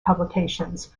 publications